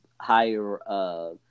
higher